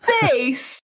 face